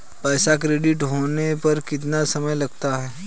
पैसा क्रेडिट होने में कितना समय लगता है?